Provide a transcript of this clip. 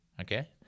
okay